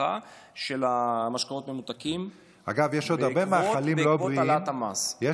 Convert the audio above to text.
בצריכה של משקאות ממותקים בעקבות העלאת המס,